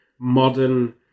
modern